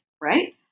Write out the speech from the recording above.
Right